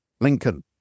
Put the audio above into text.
Lincoln